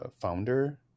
founder